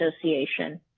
association